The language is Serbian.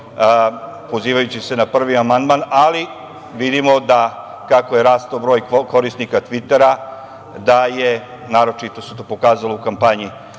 pozivajući se na Prvi amandman, ali vidimo da kako je rastao broj korisnika „Tvitera“ da je, naročito se to pokazalo u